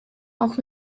auch